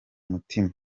mutima